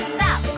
Stop